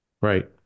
Right